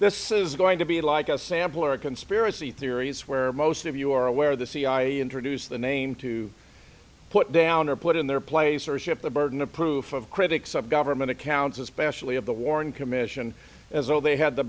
this is going to be like a sample or a conspiracy theories where most of you are aware the cia introduced the name to put down or put in their place or ship the burden of proof of critics of government accounts especially of the warren commission as though they had the